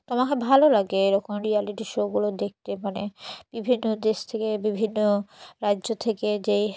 তো আমাকে ভালো লাগে এরকম রিয়ালিটি শোগুলো দেখতে মানে বিভিন্ন দেশ থেকে বিভিন্ন রাজ্য থেকে যে